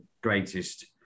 greatest